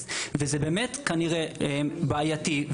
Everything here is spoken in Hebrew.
כנראה שזה באמת בעייתי,